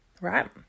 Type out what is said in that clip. right